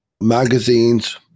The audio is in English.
magazines